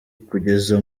kugeza